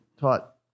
taught